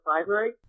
library